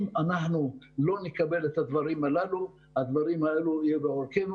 אם לא נקבל את הדברים הללו אז זה יהיה בעוכרנו